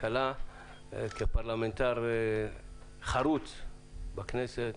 קלה כפרלמנטר חרוץ בכנסת.